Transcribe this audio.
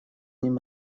ним